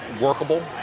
workable